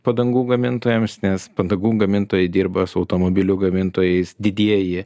padangų gamintojams nes padangų gamintojai dirba su automobilių gamintojais didieji